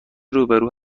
روبرو